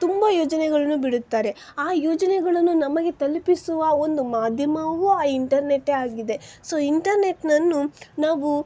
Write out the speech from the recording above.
ತುಂಬ ಯೋಜನೆಗಳನ್ನು ಬಿಡುತ್ತಾರೆ ಆ ಯೋಜನೆಗಳನ್ನು ನಮಗೆ ತಲುಪಿಸುವ ಒಂದು ಮಾಧ್ಯಮವು ಆ ಇಂಟೆರ್ನೆಟ್ಟೇ ಆಗಿದೆ ಸೊ ಇಂಟರ್ನೆಟ್ನನ್ನು ನಾವು